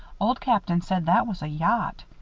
old captain said that was a yacht.